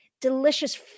delicious